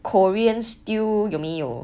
korean stew 有没有